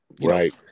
right